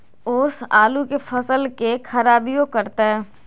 ओस आलू के फसल के खराबियों करतै?